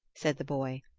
said the boy,